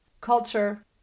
culture